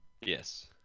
Yes